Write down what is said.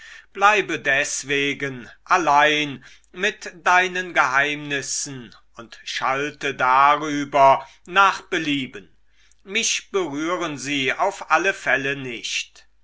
bleibe deswegen allein mit deinen geheimnissen und schalte darüber nach belieben mich berühren sie auf alle fälle nicht